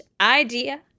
idea